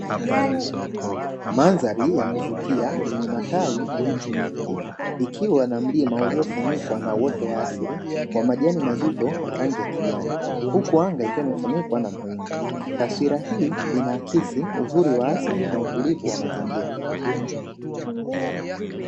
Mandhari ya kuvutia yenye matawi na miti mingi ikiwa na mlima uliofunikwa na wote uoto wa asili wa majani mazito kwa rangi ya kijani, huku anga ikiwa imefunikwa na mawingu, taswira hii inaakisi uzuri wa asili na utulivu wa mazingira.